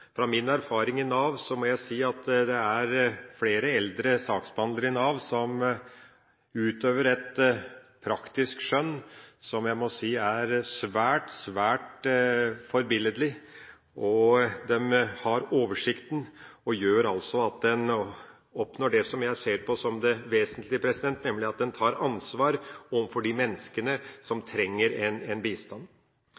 Fra min erfaring med Nav, må jeg si at det er flere eldre saksbehandlere i Nav som utøver et praktisk skjønn, som jeg må si er svært, svært forbilledlig. De har oversikten, og gjør at en oppnår det som jeg ser på som det vesentlige, nemlig at en tar ansvar overfor de menneskene som